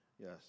Yes